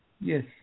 Yes